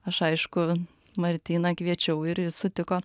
aš aišku martyną kviečiau ir jis sutiko